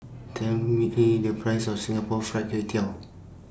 Tell Me The Price of Singapore Fried Kway Tiao